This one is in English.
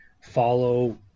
follow